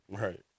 Right